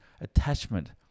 attachment